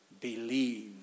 believe